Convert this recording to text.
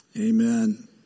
Amen